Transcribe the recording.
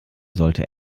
sollte